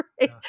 right